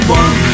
one